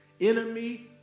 enemy